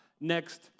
next